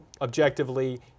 objectively